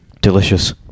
Delicious